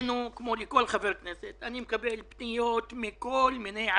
אחת תביאו לפה את הממונה על התקציבים,